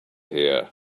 here